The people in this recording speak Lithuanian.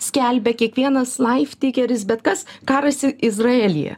skelbia kiekvienas laifteikeris bet kas karas i izraelyje